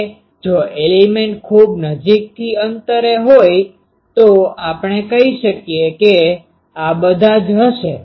હવે જો એલિમેન્ટ ખૂબ નજીકથી અંતરે હોય તો આપણે કહી શકીએ કે બધા જ હશે